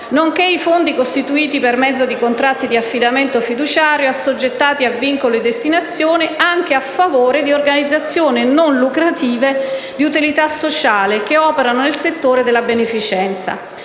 nonché i fondi costituiti per mezzo di contratti di affidamento fiduciario assoggettati a vincolo di destinazione anche a favore di organizzazioni non lucrative di utilità sociale che operano nel settore della beneficenza.